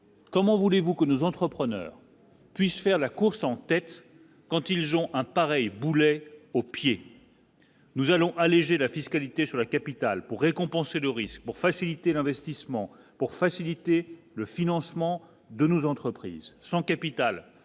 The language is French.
Comment voulez-vous que nous entrepreneurs. Puisse faire la course en tête quand ils ont un pareil boulet au pied, nous allons alléger la fiscalité sur la capitale pour récompenser le risque pour faciliter l'investissement pour faciliter le financement de nos entreprises, sans capital,